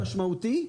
הרבה יותר משמעותי.